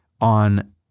on